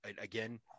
again